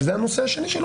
וזה הנושא השני,